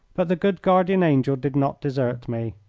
but the good guardian angel did not desert me.